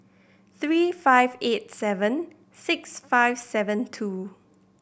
three five eight seven six five seven two